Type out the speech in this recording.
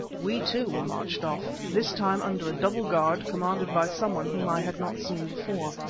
we too, were marched off, this time under a double guard commanded by someone whom i had not seen before.